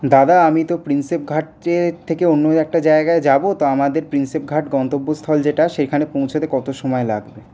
দাদা আমি তো প্রিন্সেপঘাটে থেকে অন্য একটা জায়গায় যাব তো আমাদের প্রিন্সেপঘাট গন্তব্যস্থল যেটা সেইখানে পৌঁছোতে কত সময় লাগবে